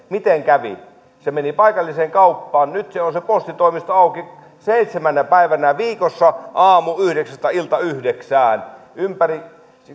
miten kävi se meni paikalliseen kauppaan ja nyt se postitoimisto on auki seitsemänä päivänä viikossa aamuyhdeksästä iltayhdeksään